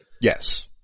Yes